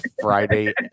friday